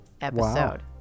episode